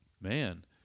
Man